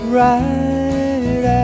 right